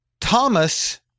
Thomas